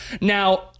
Now